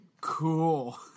Cool